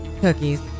Cookies